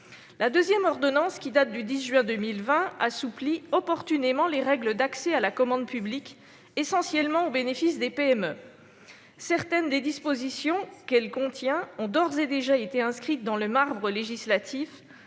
La deuxième ordonnance, qui date du 10 juin 2020, assouplit opportunément les règles d'accès à la commande publique, essentiellement au bénéfice des PME. Certaines des dispositions qu'elle contient ont d'ores et déjà été inscrites dans le marbre législatif,